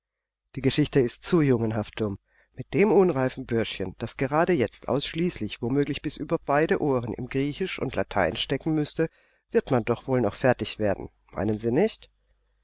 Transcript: die geschichte ist zu jungenhaft dumm mit dem unreifen bürschchen das gerade jetzt ausschließlich womöglich bis über beide ohren im griechisch und latein stecken müßte wird man doch wohl noch fertig werden meinen sie nicht